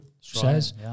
says